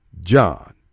John